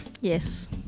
Yes